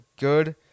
good